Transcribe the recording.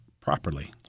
properly